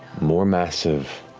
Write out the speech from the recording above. more massive